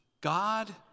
God